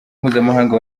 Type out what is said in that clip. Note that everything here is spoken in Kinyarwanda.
mpuzamahanga